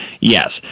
Yes